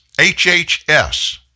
HHS